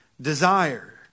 desire